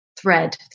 thread